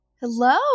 Hello